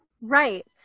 Right